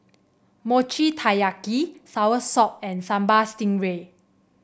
Mochi Taiyaki soursop and Sambal Stingray